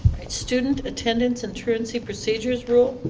student attendance and truancy procedures rule?